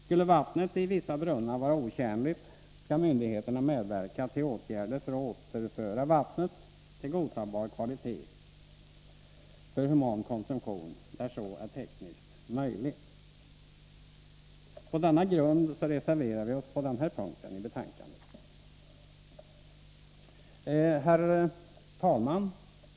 Skulle vattnet i vissa brunnar vara otjänligt, skall myndigheterna medverka till åtgärder för att återföra vattnet till godtagbar kvalitet för human konsumtion, där så är tekniskt möjligt. På denna grund har vi reserverat oss på denna punkt i betänkandet. Herr talman!